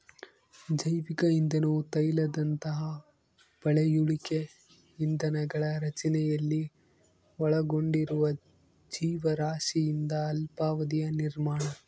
ಜೈವಿಕ ಇಂಧನವು ತೈಲದಂತಹ ಪಳೆಯುಳಿಕೆ ಇಂಧನಗಳ ರಚನೆಯಲ್ಲಿ ಒಳಗೊಂಡಿರುವ ಜೀವರಾಶಿಯಿಂದ ಅಲ್ಪಾವಧಿಯ ನಿರ್ಮಾಣ